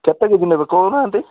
କେତେ K G ନେବେ କହୁ ନାହାଁନ୍ତି